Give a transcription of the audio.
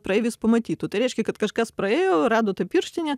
praeivis pamatytų tai reiškia kad kažkas praėjo rado tą pirštinę